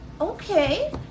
Okay